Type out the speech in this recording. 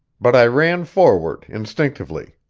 but i ran forward instinctively.